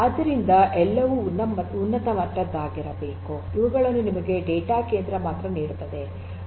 ಆದ್ದರಿಂದ ಎಲ್ಲವೂ ಉನ್ನತ ಮಟ್ಟದ್ದಾಗಿರಬೇಕು ಇವುಗಳನ್ನು ನಿಮಗೆ ಡೇಟಾ ಕೇಂದ್ರ ಮಾತ್ರ ನೀಡುತ್ತದೆ